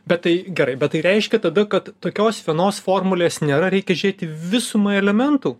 bet tai gerai bet tai reiškia tada kad tokios venos formulės nėra reikia žėti visumą elementų